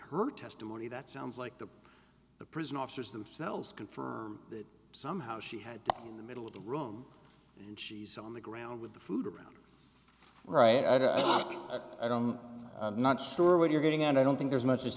her testimony that sounds like the the prison officers themselves confirm that somehow she had died in the middle of the room and she's on the ground with the food around right i don't i don't know not sure what you're getting and i don't think there's much